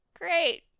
Great